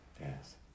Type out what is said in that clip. Yes